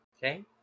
Okay